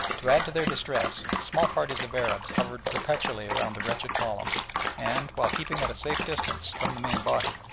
to add to their distress, small parties of arabs hovered perpetually around the wretched column and, while keeping at a safe distance from the main body,